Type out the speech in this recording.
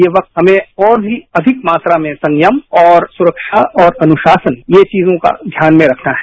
ये क्त हर्मे और भी मात्रा में संयम और सुरक्षा और अनुशासन ये चीजों का ध्यान में रखना है